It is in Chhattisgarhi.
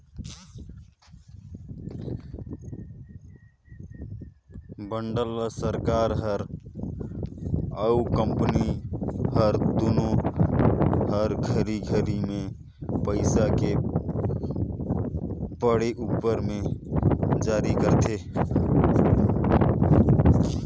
बांड ल सरकार हर अउ कंपनी हर दुनो हर घरी घरी मे पइसा के पड़े उपर मे जारी करथे